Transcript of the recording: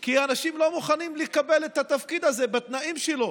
כי אנשים לא מוכנים לקבל את התפקיד הזה בתנאים שלו,